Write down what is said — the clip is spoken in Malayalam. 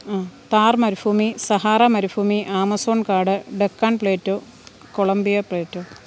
ടാർ മരുഭൂമി സഹാറ മരുഭൂമി ആമസോൺ കാട് ഡെക്കാൻ പ്ലേറ്റു കൊളംബിയ പ്ലേറ്റു